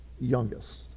youngest